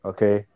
Okay